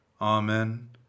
Amen